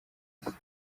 isi